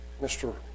Mr